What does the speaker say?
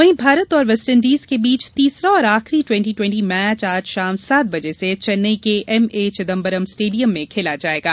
वहीं भारत और West Indies के बीच तीसरा और आखरी ट्वेंटी ट्वेंटी मैच आज शाम सात बजे से चेन्नई के एमए चिदम्बरम स्टेडियम में खेला जायेगा